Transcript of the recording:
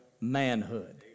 manhood